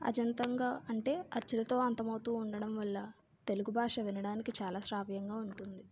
అజంతం అంటే అచ్చులతో అంతం అవుతు ఉండటం వల్ల తెలుగు భాష వినడానికి చాలా శ్రావ్యంగా ఉంటుంది